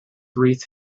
wreath